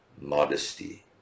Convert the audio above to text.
modesty